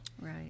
right